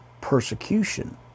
persecution